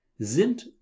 Sind